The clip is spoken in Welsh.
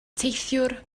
teithiwr